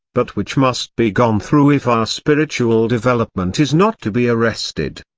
but which must be gone through if our spiritual development is not to be arrested.